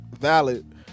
valid